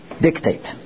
dictate